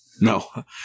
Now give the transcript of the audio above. No